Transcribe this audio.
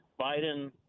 Biden